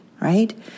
right